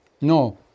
No